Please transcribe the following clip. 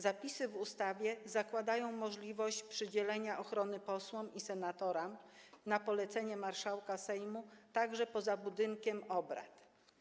Zapisy w ustawie zakładają możliwość przydzielenia ochrony posłom i senatorom na polecenie marszałka Sejmu także poza budynkiem obrad.